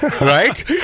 Right